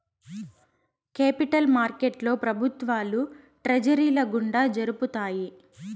capital మార్కెట్లో ప్రభుత్వాలు ట్రెజరీల గుండా జరుపుతాయి